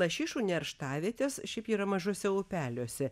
lašišų nerštavietės šiaip yra mažuose upeliuose